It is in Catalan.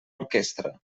orquestra